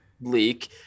leak